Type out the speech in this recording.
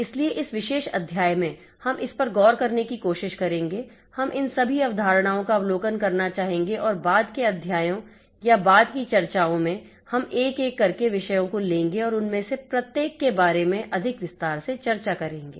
इसलिए इस विशेष अध्याय में हम इस पर गौर करने की कोशिश करेंगे हम इन सभी अवधारणाओं का अवलोकन करना चाहेंगे और बाद के अध्यायों या बाद की चर्चाओं में हम एक एक करके विषयों को लेंगे और उनमें से प्रत्येक के बारे में अधिक विस्तार से चर्चा करेंगे